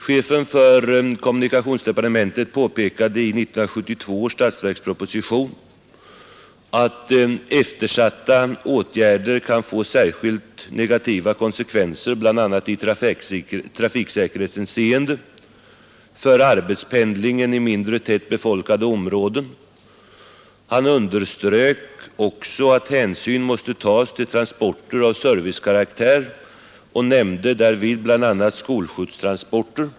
Chefen för kommunikationsdepartementet påpekade i 1972 års statsverksproposition att eftersatta åtgärder kan få särskilt negativa konsekvenser, bl.a. i trafiksäkerhetshänseende, för arbetspendlingen i mindre tätt befolkade områden. Han underströk också att hänsyn måste tas till transporter av servicekaraktär och nämnde därvid bl.a. skolskjutstransporter.